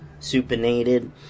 supinated